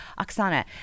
Oksana